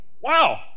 Wow